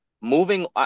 moving